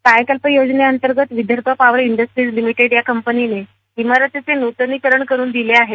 कायाकल्प योजनेअंतर्गत Vidarbha Power Industries Limited या कंपनीने इमारतीचं व्रतनीकरण करून दिलं आहे